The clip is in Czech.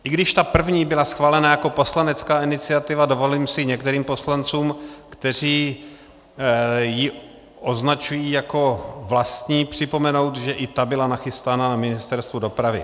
I když ta první byla schválena jako poslanecká iniciativa, dovolím si některým poslancům, kteří ji označují jako vlastní, připomenout, že i ta byla nachystaná na Ministerstvu dopravy.